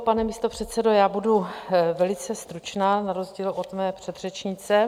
Pane místopředsedo, budu velice stručná na rozdíl od mé předřečnice.